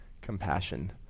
compassion